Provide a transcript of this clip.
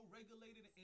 regulated